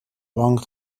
long